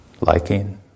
Liking